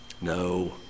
No